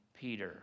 Peter